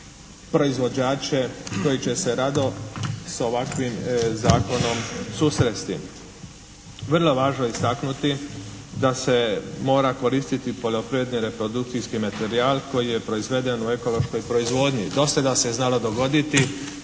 proizvođače koji će se rado s ovakvim zakonom susresti. Vrlo važno je istaknuti da se mora koristiti poljoprivredni reprodukcijski materijal koji je proizveden u ekološkoj proizvodnji. Do sada se znalo dogoditi